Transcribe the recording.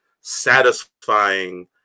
satisfying